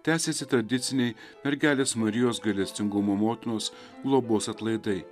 tęsiasi tradiciniai mergelės marijos gailestingumo motinos globos atlaidai